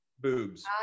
Boobs